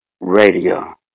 Radio